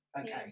okay